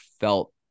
felt